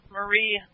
Marie